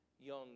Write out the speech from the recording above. young